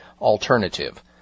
alternative